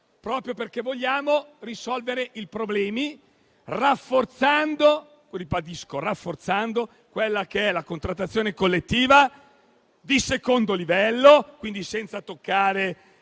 proprio perché vogliamo risolvere il problema rafforzando la contrattazione collettiva di secondo livello, quindi senza intervenire